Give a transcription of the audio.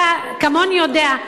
אתה כמוני יודע.